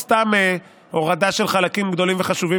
או סתם הורדה של חלקים גדולים וחשובים